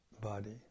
body